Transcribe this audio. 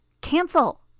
Cancel